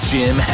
Jim